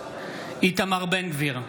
איתמר בן גביר,